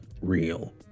real